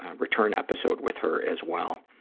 return episode with her as well.